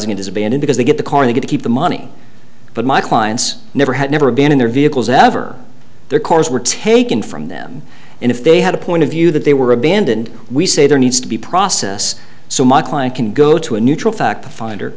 as abandon because they get the car they get to keep the money but my client's never had never been in their vehicles ever their cars were taken from them and if they had a point of view that they were abandoned we say there needs to be process so my client can go to a neutral fact finder